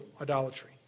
idolatry